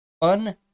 Fun